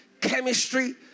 chemistry